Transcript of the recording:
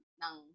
ng